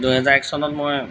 দুহেজাৰ এক চনত মই